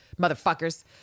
motherfuckers